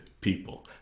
people